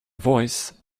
voice